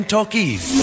Talkies